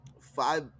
five